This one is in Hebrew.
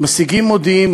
משיגים מודיעין,